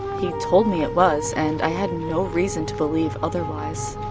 he told me it was, and i had no reason to believe otherwise.